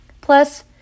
Plus